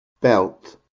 belt